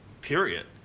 period